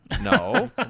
No